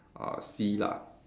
uh sea lah